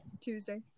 Tuesday